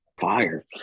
fire